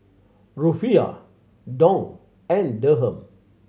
Rufiyaa Dong and Dirham